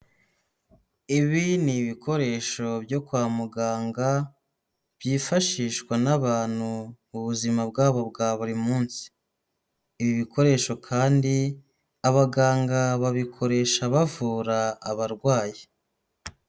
Ibi ni ibikoresho byo kwa muganga, byifashishwa n'abantu mu buzima bwabo bwa buri munsi, ibi bikoresho kandi abaganga babikoresha bavura abarwayi.